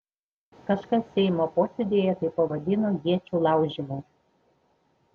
kažkas seimo posėdyje tai pavadino iečių laužymu